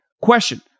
Question